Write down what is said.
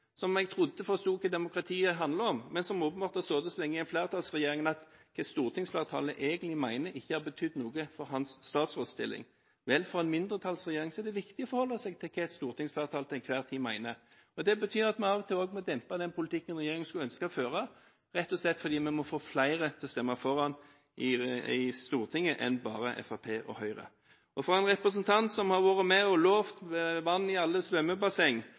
som jeg trodde forsto hva demokratiet handler om. Han har åpenbart sittet så lenge i en flertallsregjering at hva stortingsflertallet egentlig mener, ikke har betydd noe for hans statsrådsstilling. Vel, for en mindretallsregjering er det viktig å forholde seg til hva et stortingsflertall til enhver tid mener. Det betyr at vi av og til også må dempe den politikken regjeringen skulle ønske å føre, rett og slett fordi vi må få flere enn bare Fremskrittspartiet og Høyre til å stemme for den i Stortinget. For en representant som har vært med og lovet vann i alle svømmebasseng,